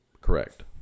Correct